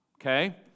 okay